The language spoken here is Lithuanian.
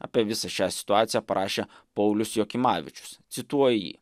apie visą šią situaciją parašė paulius jokimavičius cituoju jį